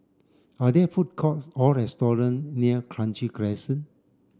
are there food courts or restaurants near Kranji Crescent